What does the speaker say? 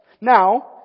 Now